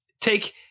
take